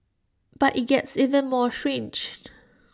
but IT gets even more strange